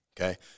okay